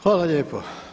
Hvala lijepo.